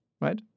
right